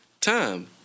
Time